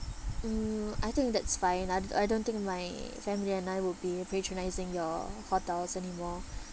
mm I think that's fine I I don't think my family and I will be patronising your hotels anymore